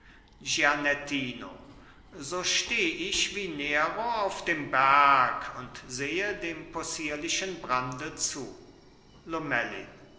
so steh ich wie nero auf dem berg und sehe dem possierlichen brande zu lomellin